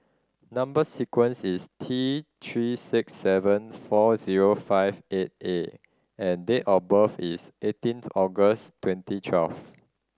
number sequence is T Three six seven four zero five eight A and date of birth is eighteenth August twenty twelve